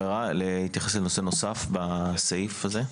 הערה, להתייחס לנושא נוסף בסעיף הזה.